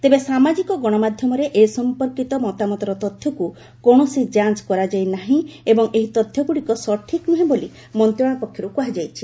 ତେବେ ସାମାଜିକ ଗଣମାଧ୍ୟମରେ ଏ ସଂପର୍କିତ ମତାମତର ତଥ୍ୟକ୍ କୌଣସି ଯାଞ୍ଚ କରାଯାଇ ନାହିଁ ଏବଂ ଏହି ତଥ୍ୟଗୁଡ଼ିକ ସଠିକ୍ ନୁହେଁ ବୋଲି ମନ୍ତ୍ରଣାଳୟ ପକ୍ଷରୁ କୁହାଯାଇଛି